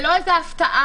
זה לא איזה הפתעה.